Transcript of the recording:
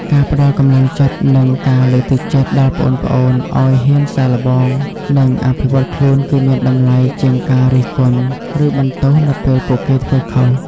ការផ្ដល់កម្លាំងចិត្ត និងការលើកទឹកចិត្ត ដល់ប្អូនៗឱ្យហ៊ានសាកល្បង និងអភិវឌ្ឍខ្លួន គឺមានតម្លៃជាងការរិះគន់ ឬបន្ទោសនៅពេលពួកគេធ្វើខុស។